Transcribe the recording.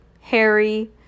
Harry